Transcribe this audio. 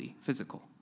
physical